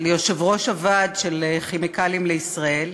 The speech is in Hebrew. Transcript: ליושב-ראש הוועד של "כימיקלים לישראל"